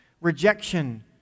rejection